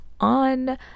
On